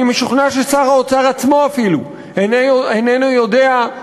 אני משוכנע ששר האוצר עצמו, אפילו, איננו יודע מה